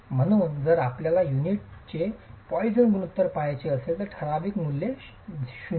म्हणून जर आपल्याला युनिटचे पोसनचे गुणोत्तर पहायचे असेल तर ठराविक मूल्ये 0